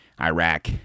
Iraq